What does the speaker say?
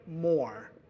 more